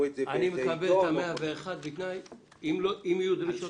--- אני מקבל את ההסתייגות ה-101 בתנאי שאם תהיינה דרישות